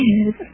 Yes